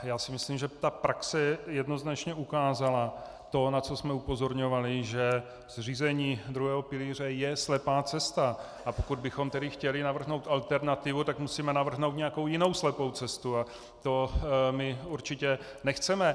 Já si myslím, že praxe jednoznačně ukázala to, na co jsme upozorňovali, že zřízení druhého pilíře je slepá cesta, a pokud bychom tedy chtěli navrhnout alternativu, tak musíme navrhnout nějakou jinou slepou cestu a to my určitě nechceme.